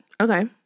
Okay